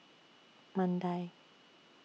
Mandai